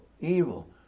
evil